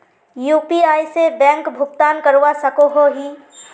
UPI से bank भुगतान करवा सकोहो ही?